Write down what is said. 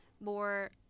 more